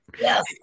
Yes